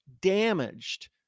damaged